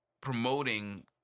promoting